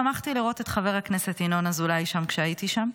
שמחתי לראות את חבר הכנסת ינון אזולאי כשהייתי שם.